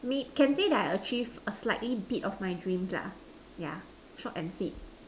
may can say that I achieve a slightly bit of my dreams lah yeah short and sweet